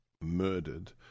murdered